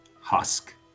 husk